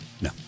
No